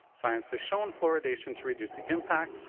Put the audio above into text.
science has shown fluoridation to reduce the impact,